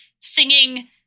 singing